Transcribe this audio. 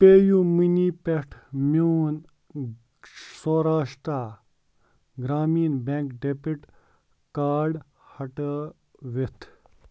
پےٚ U money پٮ۪ٹھ میٛون Saurashtra Gramin bank debit card ہٹٲوِتھ